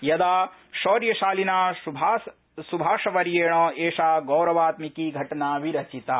यदा शौर्यशालिना सुभाषवर्येण कि गौरवात्मिकी घटना विरचिता